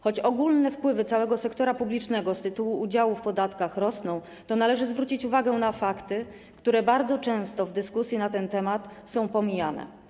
Choć ogólne wpływy całego sektora publicznego z tytułu udziału w podatkach rosną, to należy zwrócić uwagę na fakty, które bardzo często w dyskusji na ten temat są pomijane.